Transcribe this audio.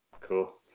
Cool